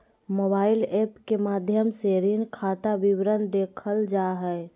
mobile app के माध्यम से ऋण खाता विवरण देखल जा हय